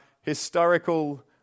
historical